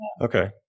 Okay